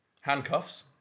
Handcuffs